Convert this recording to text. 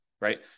Right